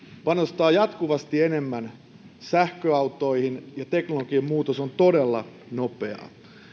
panostaa jatkuvasti enemmän sähköautoihin ja teknologian muutos on todella nopeaa